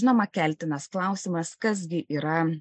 žinoma keltinas klausimas kas gi yra